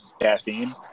caffeine